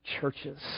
churches